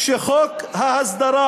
שחוק ההסדרה,